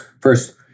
first